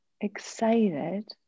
Excited